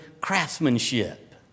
craftsmanship